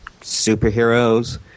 superheroes